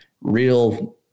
real